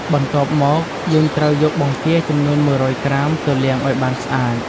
បន្ទាប់មក យើងត្រូវយកបង្គាចំនួន ១០០ក្រាមទៅលាងឱ្យបានស្អាត។